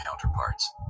counterparts